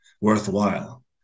worthwhile